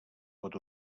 pot